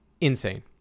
insane